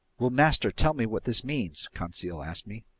will master tell me what this means? conseil asked me.